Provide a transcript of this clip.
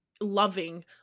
loving